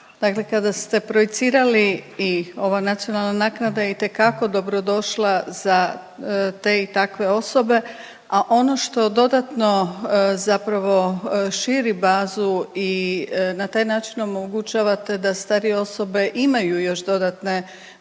dakle kada ste projicirali i ova nacionalna naknada je itekako dobrodošla za te i takve osobe. A ono što dodatno zapravo širi bazu i na taj način omogućavate da starije osobe imaju još dodatne,